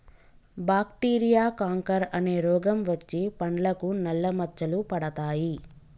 bacteria canker అనే రోగం వచ్చి పండ్లకు నల్ల మచ్చలు పడతాయి